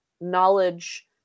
knowledge